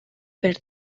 per